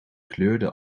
kleurde